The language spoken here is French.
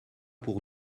pour